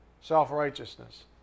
self-righteousness